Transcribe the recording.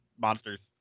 monsters